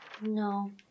No